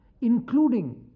including